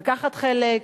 לקחת חלק,